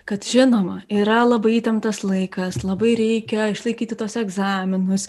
kad žinoma yra labai įtemptas laikas labai reikia išlaikyti tuos egzaminus